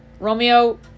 Romeo